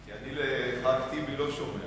כי אני לחבר כנסת טיבי לא שומע,